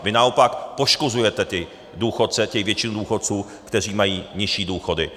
Vy naopak poškozujete ty důchodce, tu většinu důchodců, kteří mají nižší důchody.